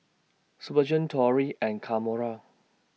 Spurgeon Torry and Kamora